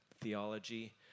theology